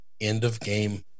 end-of-game